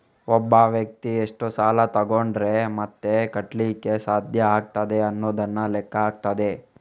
ಒಬ್ಬ ವ್ಯಕ್ತಿ ಎಷ್ಟು ಸಾಲ ತಗೊಂಡ್ರೆ ಮತ್ತೆ ಕಟ್ಲಿಕ್ಕೆ ಸಾಧ್ಯ ಆಗ್ತದೆ ಅನ್ನುದನ್ನ ಲೆಕ್ಕ ಹಾಕ್ತದೆ